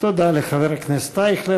תודה לחבר הכנסת אייכלר.